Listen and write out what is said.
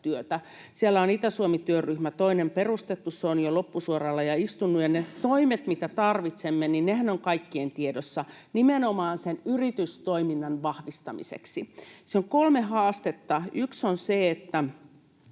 Siellä on toinen Itä-Suomi-työryhmä perustettu, se on jo loppusuoralla ja istunut. Ja ne toimethan, mitä tarvitsemme, ovat kaikkien tiedossa, nimenomaan sen yritystoiminnan vahvistamiseksi. Tässä on kolme haastetta. Yksi on se, että